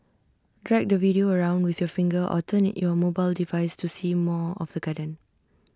drag the video around with your finger or turn your mobile device to see more of the garden